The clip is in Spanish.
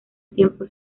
tiempo